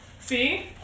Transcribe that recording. See